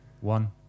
One